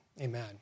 Amen